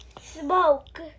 Smoke